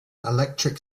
electric